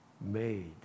made